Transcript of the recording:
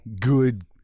good